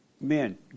Men